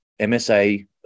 MSA